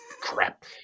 crap